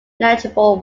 negligible